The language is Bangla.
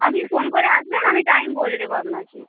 আপনি ফোন করে আসবেন আমি টাইম বলে দেবো আপনাকে